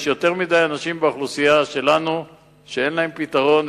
יש יותר מדי אנשים באוכלוסייה שלנו שאין להם פתרון,